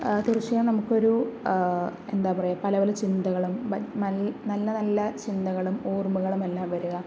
തീർച്ചയായും നമുക്കൊരു എന്താ പറയുക പല പല ചിന്തകളും നല്ല നല്ല ചിന്തകളും ഓർമ്മകളും എല്ലാം വരുക